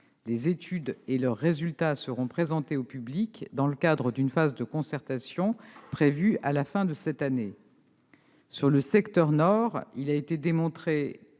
Les études et leurs résultats seront présentés au public dans le cadre d'une phase de concertation prévue à la fin de cette année. Dans le secteur nord, il a été démontré